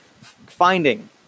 finding